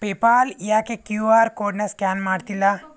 PayPal ಯಾಕೆ Q R ಕೋಡನ್ನ scan ಮಾಡ್ತಿಲ್ಲ